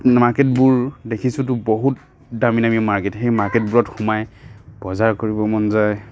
মাৰ্কেটবোৰ দেখিছোঁতো বহুত দামী দামী মাৰ্কেট সেই মাৰ্কেটবোৰত সোমাই বজাৰ কৰিবৰ মন যায়